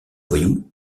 voyou